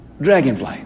dragonfly